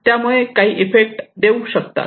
त्यामुळे काही इफेक्ट देऊ शकतात